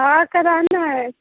हाँ कराना है